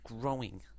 growing